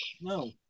No